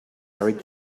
married